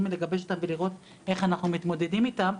לגבש אותן ולראות איך אנחנו מתמודדים איתן,